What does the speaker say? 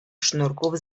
sznurków